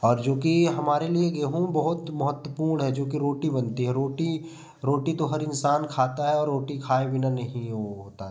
और जोकि हमारे लिए गेहूँ बहुत महत्वपूर्ण है जोकि रोटी बनती है रोटी रोटी तो हर इंसान खाता है रोटी खाए बिना नहीं वो होता है